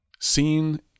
seen